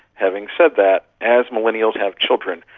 having said that, as millennials have children,